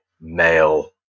male